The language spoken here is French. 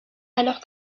alors